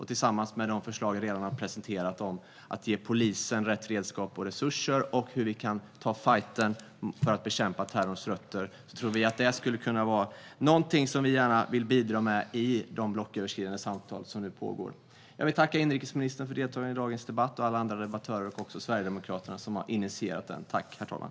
Tillsammans med de förslag vi redan har presenterat om att ge polisen rätt redskap och resurser och om hur vi kan ta fajten för att bekämpa terrorns rötter är detta någonting som vi gärna vill bidra med i de blocköverskridande samtal som nu pågår. Jag vill tacka inrikesministern och alla andra debattörer för deltagandet i dagens debatt samt Sverigedemokraterna, som initierade den.